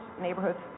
neighborhoods